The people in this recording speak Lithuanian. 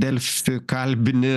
delfi kalbini